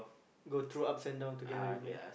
go through ups and down together you mean